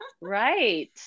Right